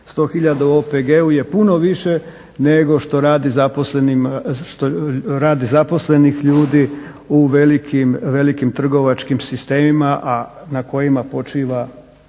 u OPG-u je puno više nego što radi zaposlenih ljudi u velikim trgovačkim sistemima a na kojima počiva,